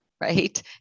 right